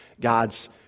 God's